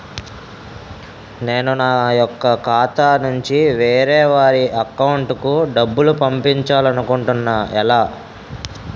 నేను నా యెక్క ఖాతా నుంచి వేరే వారి అకౌంట్ కు డబ్బులు పంపించాలనుకుంటున్నా ఎలా?